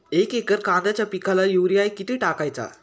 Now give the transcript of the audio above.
एक एकर कांद्याच्या पिकाला युरिया किती टाकायचा?